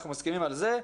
אנחנו מסכימים על זה,